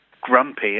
grumpy